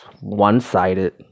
one-sided